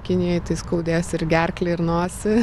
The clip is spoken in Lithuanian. kinijoj tai skaudės ir gerklę ir nosį